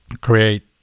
Create